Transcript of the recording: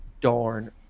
darn